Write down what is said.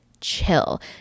chill